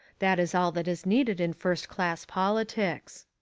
that is all that is needed in first class politics.